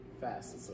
fast